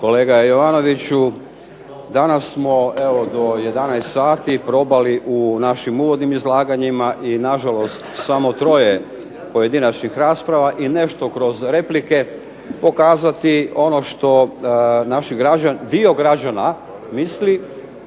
Kolega Jovanoviću, danas smo evo do 11 sati probali u našim uvodnim izlaganjima i na žalost samo troje pojedinačnih rasprava i nešto kroz replike, pokazati ono što naši, dio građana misli,